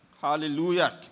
Hallelujah